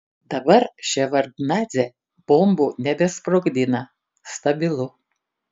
dabar ševardnadzė bombų nebesprogdina stabilu